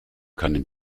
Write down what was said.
können